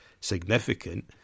significant